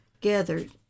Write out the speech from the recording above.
gathered